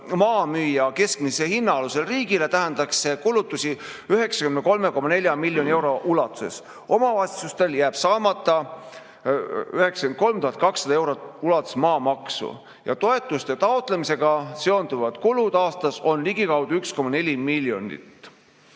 maa müüa keskmise hinna alusel riigile, tähendaks see kulutusi 93,4 miljoni euro ulatuses. Omavalitsustel jääb saamata 93 200 euro ulatuses maamaksu. Toetuste taotlemisega seonduvad kulud aastas on ligikaudu 1,4 miljonit.